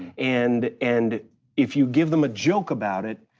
and and if you give them a joke about it,